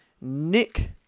Nick